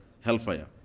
hellfire